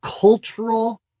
cultural